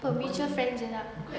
apa mutual friends jer lah